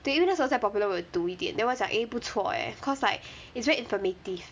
对因为那时候在 Popular 我有读一点 then 我想 eh 不错 eh cause like it's very informative